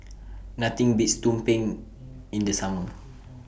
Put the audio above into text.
Nothing Beats Tumpeng in The Summer